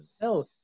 No